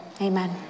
amen